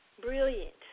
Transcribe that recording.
brilliant